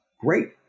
great